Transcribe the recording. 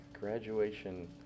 graduation